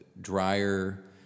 drier